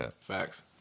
Facts